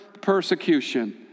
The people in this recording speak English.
persecution